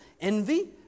envy